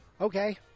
Okay